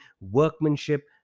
workmanship